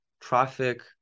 Traffic